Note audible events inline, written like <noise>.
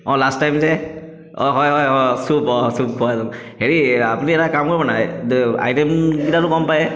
অঁ last time যে অঁ হয় হয় <unintelligible> হেৰি আপুনি এটা কাম কৰিব না দ আইটেমকেইটাটো গম পায়েই